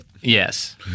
yes